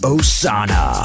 Osana